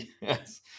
yes